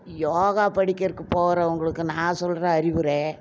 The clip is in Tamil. யோகா படிக்கிறதுக்கு போகிறவங்களுக்கு நான் சொல்கிற அறிவுரை